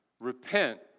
Repent